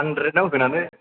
हान्द्रेदाव होनानै